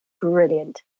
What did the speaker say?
Brilliant